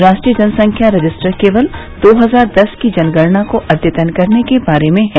राष्ट्रीय जनसंख्या रजिस्टर केवल दो हजार दस की जनगणना को अद्यतन करने के बारे में है